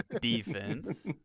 defense